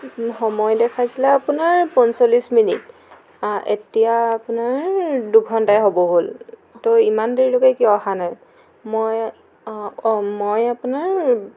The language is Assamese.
সময় দেখাইছিলে আপোনাৰ পঞ্চল্লিছ মিনিট এতিয়া আপোনাৰ দুঘণ্টাই হ'ব হ'ল ত' ইমান দেৰিলৈকে কিয় অহা নাই মই অ' মই আপোনাৰ